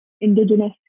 Indigenous